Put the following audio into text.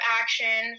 action